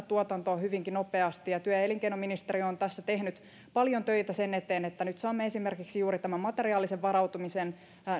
tuotantoa hyvinkin nopeasti ja työ ja ja elinkeinoministeriö on tässä tehnyt paljon töitä sen eteen että nyt saamme esimerkiksi juuri tämän materiaalisen varautumisen